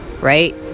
Right